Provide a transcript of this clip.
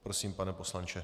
Prosím, pane poslanče.